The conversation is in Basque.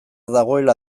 dagoela